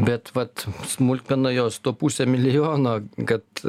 bet vat smulkmena jos to pusę milijono kad